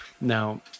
now